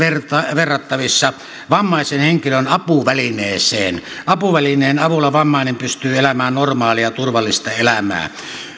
verrattavissa vammaisen henkilön apuvälineeseen apuvälineen avulla vammainen pystyy elämään normaalia turvallista elämää